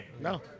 No